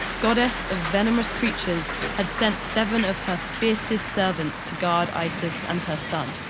goddess of venomous creatures, had sent seven of her fiercest servants to guard isis and her son.